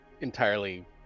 entirely